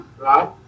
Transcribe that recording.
right